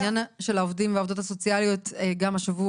עניין של העובדים והעובדות הסוציאליות גם השבוע,